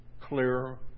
clear